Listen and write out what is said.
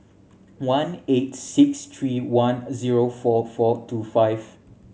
one eight six three one zero four four two five